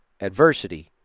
...adversity